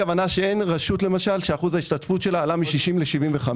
שינוי לרעה הכוונה שאין רשות למשל שאחוז ההשתתפות שלה עלה מ-60 ל-75,